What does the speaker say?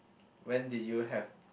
when did you have